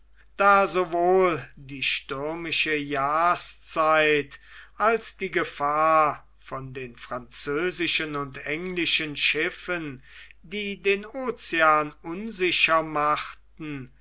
da sowohl die stürmische jahrszeit als die gefahr von den französischen und englischen schiffen die den ocean unsicher machten